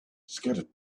scattered